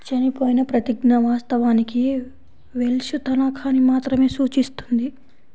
చనిపోయిన ప్రతిజ్ఞ, వాస్తవానికి వెల్ష్ తనఖాని మాత్రమే సూచిస్తుంది